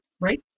right